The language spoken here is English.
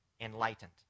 Enlightened